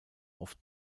auf